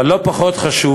אבל לא פחות חשוב,